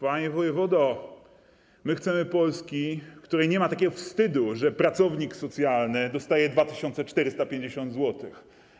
Panie wojewodo, my chcemy Polski, w której nie ma takiego wstydu, że pracownik socjalny dostaje 2450 zł.